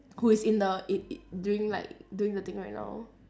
who is in the it it doing like doing the thing right now